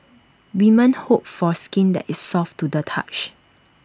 women hope for skin that is soft to the touch